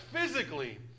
physically